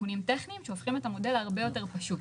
תיקונים טכניים שהופכים את המודל להרבה יותר פשוט.